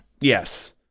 Yes